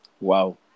Wow